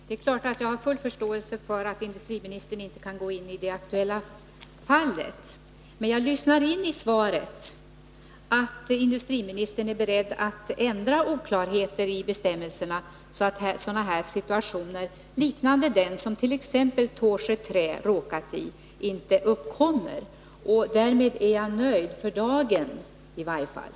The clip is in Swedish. Herr talman! Det är klart att jag har full förståelse för att industriministern inte kan gå in på det aktuella fallet. Men jag lyssnar in i svaret att industriministern är beredd att ändra oklarheterna i bestämmelserna så att situationer liknande den som Tåsjö Trä har råkat i inte uppkommer. Därmed är jag nöjd för dagen i varje fall.